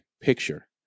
picture